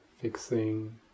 fixing